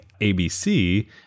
ABC